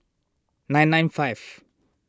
nine nine five